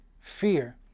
fear